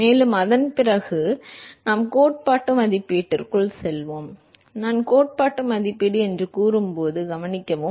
மேலும் அதன் பிறகு நாம் கோட்பாட்டு மதிப்பீட்டிற்குள் செல்வோம் நான் கோட்பாட்டு மதிப்பீடு என்று கூறும்போது கவனிக்கவும்